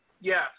Yes